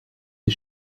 est